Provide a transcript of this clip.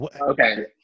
Okay